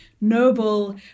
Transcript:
noble